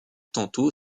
tantôt